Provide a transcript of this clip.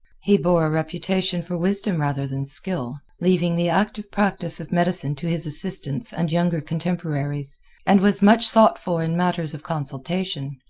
he bore a reputation for wisdom rather than skill leaving the active practice of medicine to his assistants and younger contemporaries and was much sought for in matters of consultation.